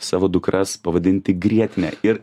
savo dukras pavadinti grietine ir